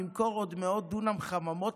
נמכור עוד מאות דונם חממות,